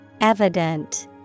Evident